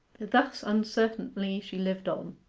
thus uncertainly she lived on.